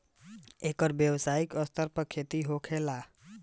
एकर व्यावसायिक स्तर पर खेती होखला के चलते अब इ दुनिया भर में मिलेला